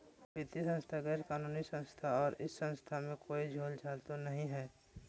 वित्तीय संस्था गैर कानूनी संस्था है इस संस्था में कोई झोलझाल तो नहीं है?